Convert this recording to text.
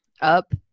up